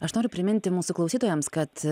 aš noriu priminti mūsų klausytojams kad